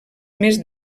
més